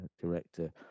director